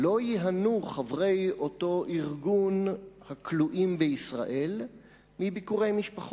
לא ייהנו חברי אותו ארגון הכלואים בישראל מביקורי משפחות.